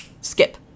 skip